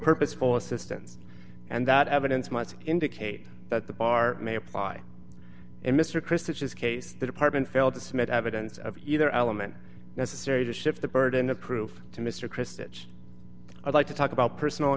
purposeful assistance and that evidence much indicate that the bar may apply to mr kristof his case the department failed to submit evidence of either element necessary to shift the burden of proof to mr christie i'd like to talk about personal